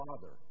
Father